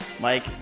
Mike